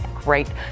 Great